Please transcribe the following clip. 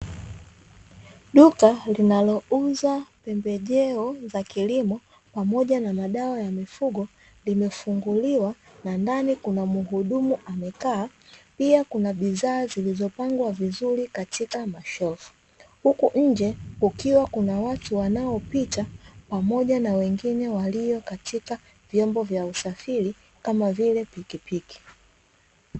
Duka linalouza pembejeo za kilimo pamoja na madawa ya mifugo limefunguliwa na ndani kuna mhudumu amekaa; pia kuna bidhaa zilizopangwa vizuri katika shelfu, huku nje kukiwa na watu wanapita pamoja na wengine walio katika vyombo vya usafiri kama vile pikipiki.